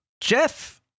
Jeff